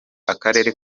akarere